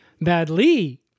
badly